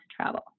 travel